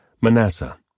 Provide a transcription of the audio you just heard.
Manasseh